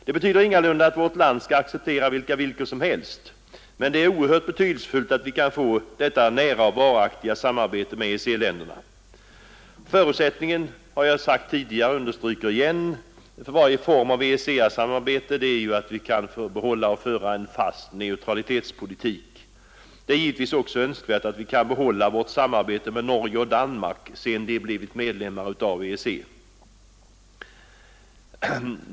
Det betyder ingalunda att vårt land skall acceptera vilka villkor som helst, men det är oerhört betydelsefullt att vi kan få ett nära och varaktigt samarbete med EEC-länderna. Förutsättningen — det har jag sagt tidigare och understryker igen — för varje form av EEC-samarbete är att vi kan föra en fast neutralitetspolitik. Det är givetvis också önskvärt att vi kan behålla vårt samarbete med Norge och Danmark, sedan de blivit medlemmar av EEC.